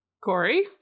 Corey